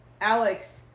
Alex